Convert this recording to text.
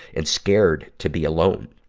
and scared to be alone.